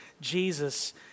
Jesus